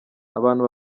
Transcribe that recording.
abantu